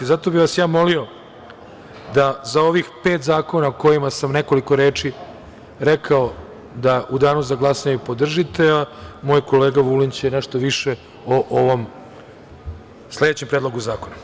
Zato bih vas molio da za ovih pet zakona o kojima sam nekoliko reči rekao, da u danu za glasanje podržite, a moj kolega Vulin će nešto više o ovom sledećem predlogu zakona.